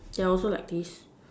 they are also like this